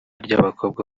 ry’abakobwa